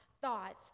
thoughts